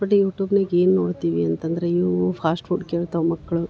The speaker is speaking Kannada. ಬಟ್ ಯೂಟೂಬ್ನ್ಯಾಗ ಏನು ನೋಡ್ತೀವಿ ಅಂತಂದರೆ ಇವು ಫಾಸ್ಟ್ ಫುಡ್ ಕೇಳ್ತವೆ ಮಕ್ಳು